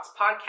podcast